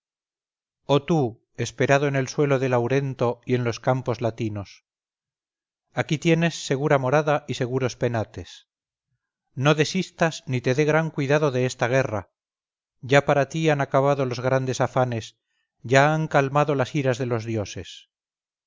oh tú esperado en el suelo de laurento y en los campos latinos aquí tienes segura morada y seguros penates no desistas ni te dé gran cuidado de esta guerra ya para ti han acabado los grandes afanes ya han calmado las iras de los dioses